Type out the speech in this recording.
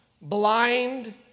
blind